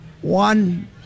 one